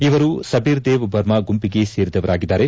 ಇವರು ಸಬೀರ್ದೇವ್ ಬರ್ಮಾ ಗುಂಪಿಗೆ ಸೇರಿದವರಾಗಿದ್ದಾರೆ